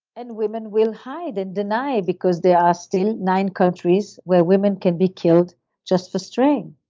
and women will hide and deny because there are still nine countries where women can be killed just for straying.